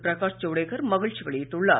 பிரகாஷ் ஜவுடேகர் மகிழ்ச்சி வெளியிட்டுள்ளார்